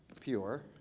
pure